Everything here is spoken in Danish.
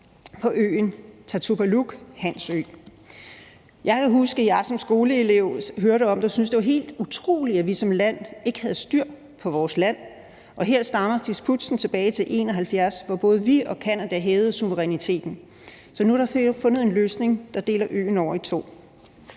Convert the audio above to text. på øen Tartupaluk, Hans Ø. Jeg kan huske, at jeg som skoleelev hørte om det og syntes, at det var helt utroligt, at vi som nation ikke havde styr på vores territorium, og her stammer disputten tilbage fra 1973, hvor både vi og Canada hævdede suverænitet. Men nu er der fundet en løsning, der deler øen over i to.